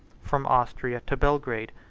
from austria to belgrade,